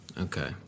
okay